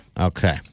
Okay